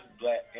black